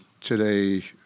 Today